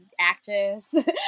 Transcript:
actress